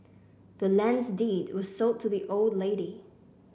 the land's deed was sold to the old lady